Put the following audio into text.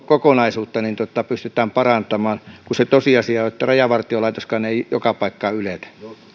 kokonaisuutta pystytään parantamaan kun tosiasia on että rajavartiolaitoskaan ei joka paikkaan yletä